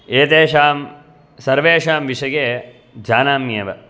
एतेषां सर्वेषां विषये जानामेयेव